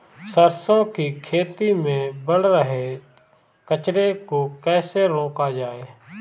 सरसों की खेती में बढ़ रहे कचरे को कैसे रोका जाए?